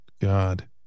God